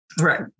Right